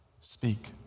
Speak